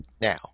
now